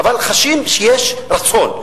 אבל חשים שיש רצון.